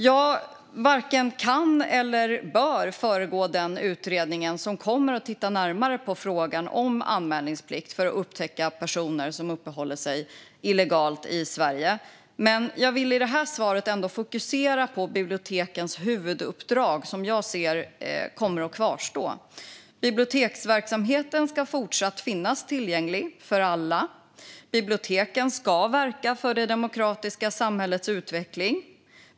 Jag varken kan eller bör föregå den utredning som kommer att titta närmare på frågan om anmälningsplikt för att upptäcka personer som uppehåller sig illegalt i Sverige. Men jag vill i det här svaret fokusera på bibliotekens huvuduppdrag, som jag ser kommer att kvarstå. Biblioteksverksamheten ska fortsatt finnas tillgänglig för alla. Biblioteken ska verka för det demokratiska samhällets utveckling.